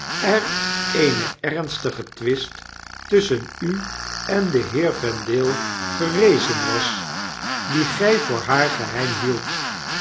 er een ernstige twist tusschen u en den heer vendale gerezen was dien gij voor haar geheim hieldt